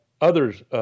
others